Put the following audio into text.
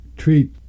treat